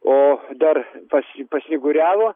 o dar pas pasnyguriavo